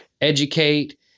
educate